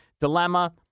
dilemma